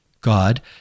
God